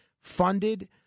funded